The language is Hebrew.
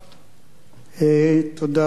תודה, חבר הכנסת שלמה מולה.